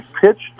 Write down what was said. pitched